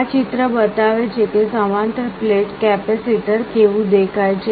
આ ચિત્ર બતાવે છે કે સમાંતર પ્લેટ કેપેસિટર કેવું દેખાય છે